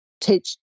teach